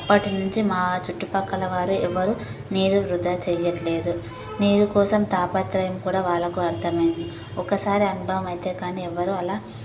అప్పటినుంచి మా చుట్టుపక్కల వాళ్ళెవరూ నీరు వృధా చేయట్లేదు నీళ్ళ కోసం తాపత్రయం కూడా వాళ్ళకి అర్థమయ్యింది ఒకసారి అనుభవం అయితే కాని అందరూ అలా